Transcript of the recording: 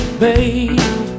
babe